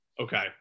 Okay